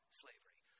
slavery